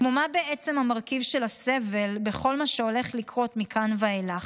כמו: מה בעצם המרכיב של הסבל בכל מה שהולך לקרות מכאן ואילך?